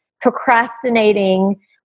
Procrastinating